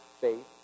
faith